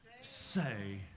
say